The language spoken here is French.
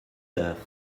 heures